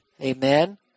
Amen